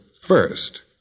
first